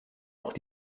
auch